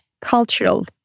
cultural